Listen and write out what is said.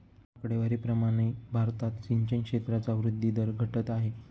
आकडेवारी प्रमाणे भारतात सिंचन क्षेत्राचा वृद्धी दर घटत आहे